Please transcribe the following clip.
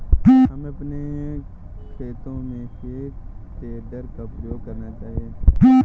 हमें अपने खेतों में हे टेडर का प्रयोग करना चाहिए